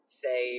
say